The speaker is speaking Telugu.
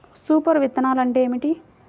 సూపర్ విత్తనాలు అంటే ఏమిటి?